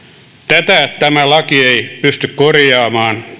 tätä tämä laki ei pysty korjaamaan